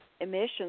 emissions